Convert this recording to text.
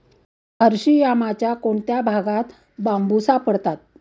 अरशियामाच्या कोणत्या भागात बांबू सापडतात?